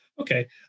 Okay